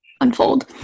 unfold